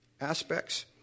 aspects